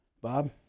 Bob